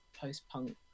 post-punk